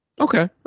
Okay